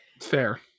Fair